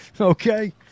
Okay